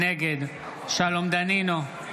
נגד שלום דנינו,